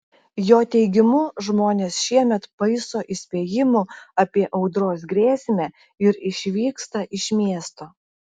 jo teigimu žmonės šiemet paiso įspėjimų apie audros grėsmę ir išvyksta iš miesto